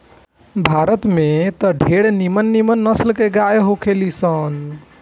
भारत में त ढेरे निमन निमन नसल के गाय होखे ली लोग